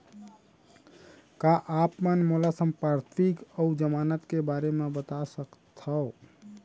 का आप मन मोला संपार्श्र्विक अऊ जमानत के बारे म बता सकथव?